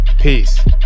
Peace